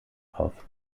auf